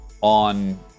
on